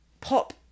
pop